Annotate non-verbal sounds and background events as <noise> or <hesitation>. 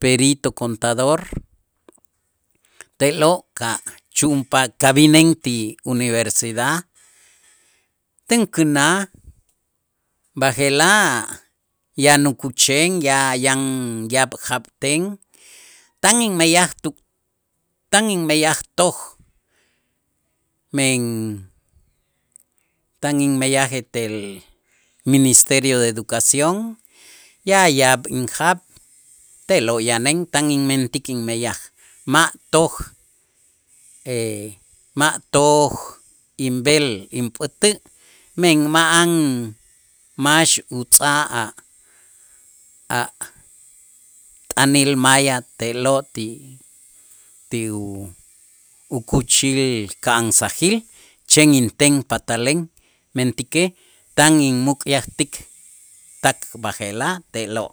Perito contador te'lo' ka' chu'unpaj ka' b'ineen ti Universidad tinkänaj b'aje'laj yan ukuchen ya- yan yaab' jaab'ten tan inmeyaj tu tan inmeyaj toj men tan inmeyaj etel Ministerio de Educación ya- yaab' injaab' te'lo' yanen tan inmentik inmeyaj, ma' toj <hesitation> ma' toj inb'el inpät'ä' men ma'an max utz'aj a' a' t'anil maya te'lo' ti ti u- ukuuchil ka'ansajil chen inten patalen, mentäkej tan inmuk'yajtik tak b'aje'laj te'lo'.